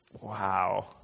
Wow